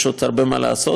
יש עוד הרבה מאוד מה לעשות,